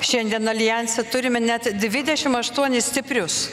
šiandien aljanse turime net dvidešimt aštuonis stiprius